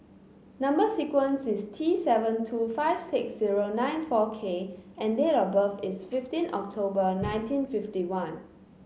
number sequence is T seven two five six zero nine four K and date of birth is fifteen October nineteen fifty one